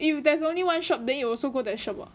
if there's only one shop then you also go that shop [what]